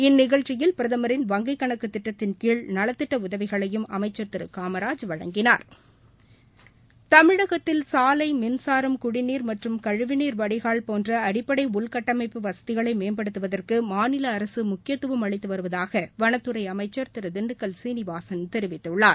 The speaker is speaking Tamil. இந்நிகழ்ச்சியில் பிரதமரின் வங்கிக்கணக்குதிட்டத்தின்கீழ் நலத்திட்டஉதவிகளையும் அமைச்சர் திருகாமராஜ் வழங்கினார் மின்சாரம் தமிழகத்தில் சாலை மற்றும் வடிகால் கு நீர் போன்றஅடிப்படைஉள்கட்டமைப்பு வசதிகளைமேம்படுத்துவதற்குமாநிலஅரசுமுக்கியத்துவம் அளித்துவருவதாகவனத்துறைஅமைச்சர் திருதிண்டுக்கல் சீனிவாசன் தெரிவித்துள்ளார்